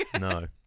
No